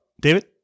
David